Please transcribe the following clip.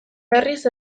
berriz